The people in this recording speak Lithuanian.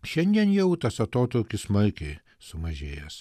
šiandien jau tas atotrūkis smarkiai sumažėjęs